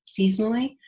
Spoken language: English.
seasonally